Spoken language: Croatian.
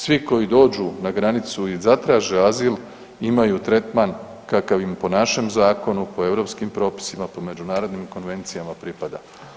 Svi koji dođu na granicu i zatraže azil imaju tretman kakav im po našem zakonu, po europskim propisima, po međunarodnim konvencijama pripada.